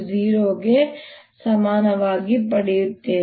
B00 ಗೆ ಸಮನಾಗಿ ಪಡೆಯುತ್ತೇನೆ